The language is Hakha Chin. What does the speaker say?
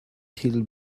thil